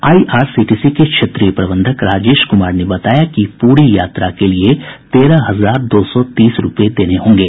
IRCTC के क्षेत्रीय प्रबंधक राजेश कुमार ने बताया कि पूरी यात्रा के लिए तेरह हजार दो सौ तीस रूपये देने होंगे